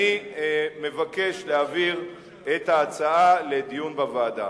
אני מבקש להעביר את ההצעות לדיון בוועדה.